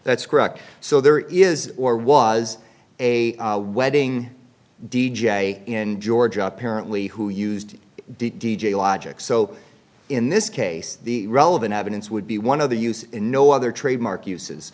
that's correct so there is or was a wedding d j in georgia apparently who used d j logic so in this case the relevant evidence would be one of the uses no other trademark uses